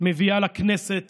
מביאה לכנסת